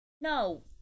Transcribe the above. No